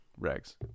Regs